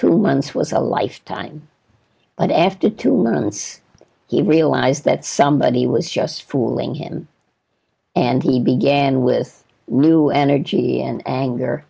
two months was a lifetime but after two months he realized that somebody was just fooling him and he began with new energy and anger